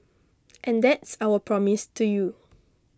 and that's our promise to you